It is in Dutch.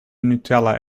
nutella